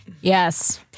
Yes